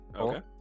Okay